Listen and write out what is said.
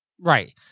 Right